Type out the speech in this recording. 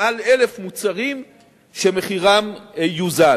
מעל 1,000 מוצרים שמחירם יוזל.